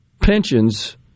pensions